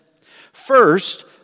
First